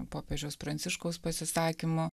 popiežiaus pranciškaus pasisakymų